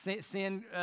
Sin